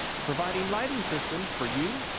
providing lighting systems for you,